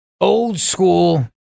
old-school